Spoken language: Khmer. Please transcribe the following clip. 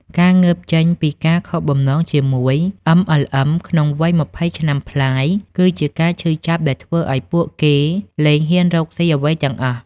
ការងើបចេញពីការខកបំណងជាមួយ MLM ក្នុងវ័យ២០ឆ្នាំប្លាយ គឺជាការឈឺចាប់ដែលធ្វើឱ្យពួកគេលែងហ៊ានរកស៊ីអ្វីទាំងអស់។